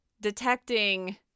detecting